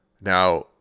Now